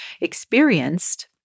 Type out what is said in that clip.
experienced